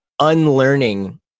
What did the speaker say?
unlearning